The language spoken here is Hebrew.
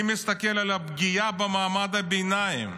אני מסתכל על הפגיעה במעמד הביניים.